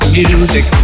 music